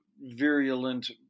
virulent